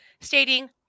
stating